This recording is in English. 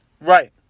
Right